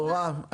אורה,